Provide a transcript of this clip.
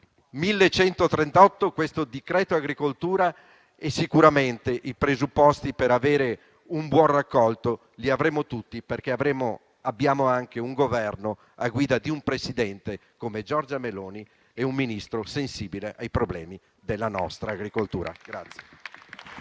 bene; il decreto-legge agricoltura presenta sicuramente i presupposti per avere un buon raccolto. Li avremo tutti perché abbiamo anche un Governo guidato da un Presidente come Giorgia Meloni e un Ministro sensibile ai problemi della nostra agricoltura.